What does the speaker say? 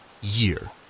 year